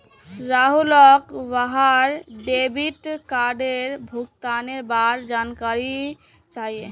राहुलक वहार डेबिट कार्डेर भुगतानेर बार जानकारी चाहिए